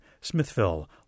Smithville